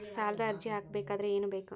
ಸಾಲದ ಅರ್ಜಿ ಹಾಕಬೇಕಾದರೆ ಏನು ಬೇಕು?